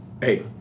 Hey